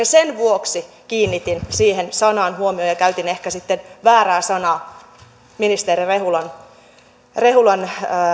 sen vuoksi kiinnitin siihen sanaan huomion ja käytin ehkä väärää sanaa ministeri rehulan rehulan